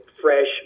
fresh